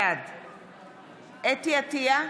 בעד חוה אתי עטייה,